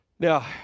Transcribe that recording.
Now